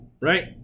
Right